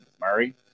Murray